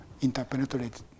interpenetrated